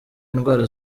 indwara